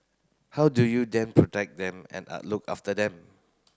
how do you then protect them and look after them